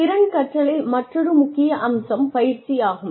திறன் கற்றலின் மற்றொரு முக்கிய அம்சம் பயிற்சி ஆகும்